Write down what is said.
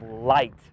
light